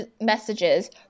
messages